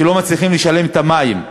שלא מצליחים לשלם על המים.